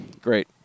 Great